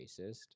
racist